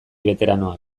beteranoak